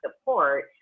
support